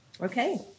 Okay